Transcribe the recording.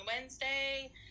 Wednesday